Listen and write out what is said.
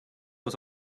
was